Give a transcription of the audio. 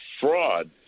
fraud